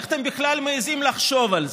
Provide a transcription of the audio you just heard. איך אתם בכלל מעיזים לחשוב על זה?